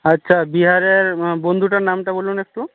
আচ্ছা বিহারের বন্ধুটার নামটা বলুন একটু